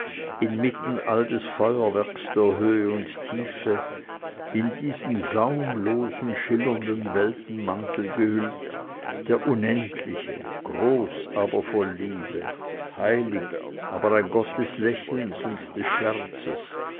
inmitten all des feuerwerkes der höhe und tiefe in diesen saumlosen schillernden weltmantel gehüllt der unendliche groß aber voll liebe heilig aber ein gott des lächelns und des scherzes